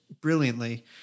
brilliantly